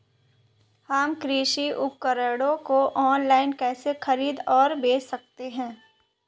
हम कृषि उपकरणों को ऑनलाइन कैसे खरीद और बेच सकते हैं?